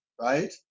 right